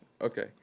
Okay